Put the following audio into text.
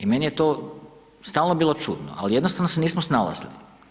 I meni je to stalno bilo čudno, ali jednostavno se nismo snalazili.